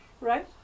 Right